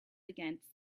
against